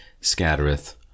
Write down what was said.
scattereth